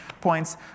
points